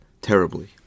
terribly